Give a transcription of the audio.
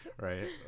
right